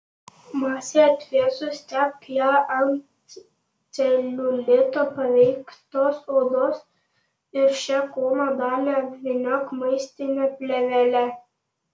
masei atvėsus tepk ją ant celiulito paveiktos odos ir šią kūno dalį apvyniok maistine plėvele